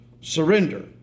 surrender